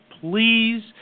please